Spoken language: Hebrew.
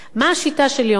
מה השיטה שלי אומרת?